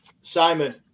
Simon